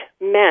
men